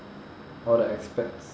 all the expats